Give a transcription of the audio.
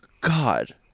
God